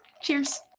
Cheers